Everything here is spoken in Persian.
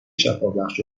شفابخش